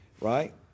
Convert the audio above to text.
right